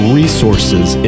resources